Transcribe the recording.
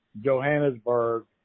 johannesburg